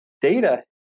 data